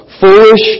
Foolish